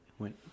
went